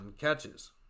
catches